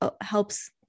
helps